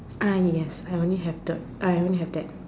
ah yes I only have the I only have that